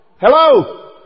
Hello